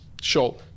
show